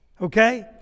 okay